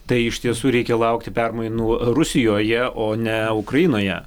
tai iš tiesų reikia laukti permainų rusijoje o ne ukrainoje